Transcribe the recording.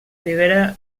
ribera